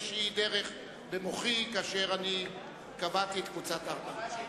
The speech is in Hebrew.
דרך במוחי כאשר קבעתי את קבוצת הארבעה.